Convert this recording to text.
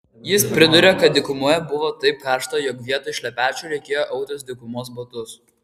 jis priduria kad dykumoje buvo taip karšta jog vietoj šlepečių reikėjo autis dykumos batus